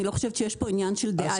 אני לא חושבת שיש פה עניין של דעה,